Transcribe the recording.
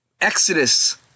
exodus